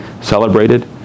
celebrated